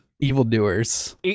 evildoers